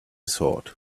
thought